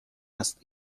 است